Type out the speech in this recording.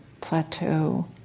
plateau